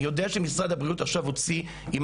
אני יודע שמשרד הבריאות הוציא עכשיו נוהל,